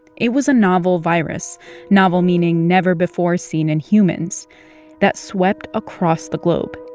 it was a novel virus novel meaning never before seen in humans that swept across the globe,